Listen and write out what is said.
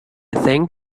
think